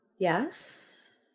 Yes